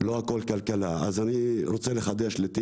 בסך הכול לתמחר את זה כפי שהציג מר יאיר אבידן בקשר לריביות ולחדלות